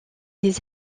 des